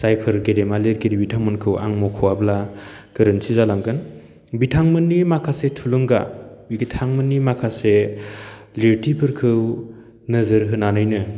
जायफोर गेदेरमा लिरगिरि बिथांमोनखौ आं मख'आब्ला गोरोन्थि जालांगोन बिथांमोननि माखासे थुलुंगा बिथांमोननि माखासे लिरथिफोरखौ नोजोर होन्नानैनो